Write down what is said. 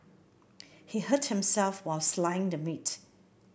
he hurt himself while slicing the meat